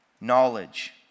knowledge